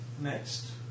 next